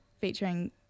featuring